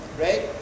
right